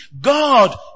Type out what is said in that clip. God